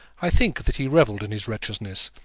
i think that he revelled in his wretchedness,